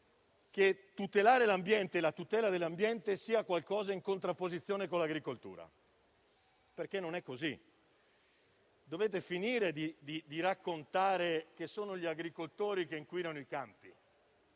credere che la tutela dell'ambiente sia in contrapposizione con l'agricoltura, perché non è così. Dovete finire di raccontare che sono gli agricoltori a inquinare i campi.